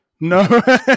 No